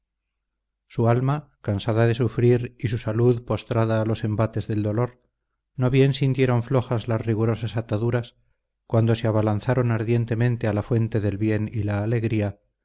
su alma cansada de sufrir y su salud postrada a los embates del dolor no bien sintieron flojas las rigurosas ataduras cuando se abalanzaron ardientemente a la fuente del bien y la alegría